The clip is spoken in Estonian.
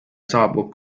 saabub